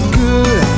good